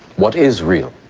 what is real?